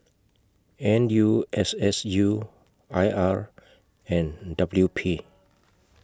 N U S S U I R and W P